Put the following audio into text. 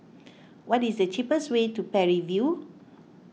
what is the cheapest way to Parry View